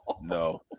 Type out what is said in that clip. No